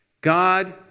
God